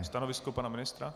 Stanovisko pana ministra?